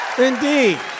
Indeed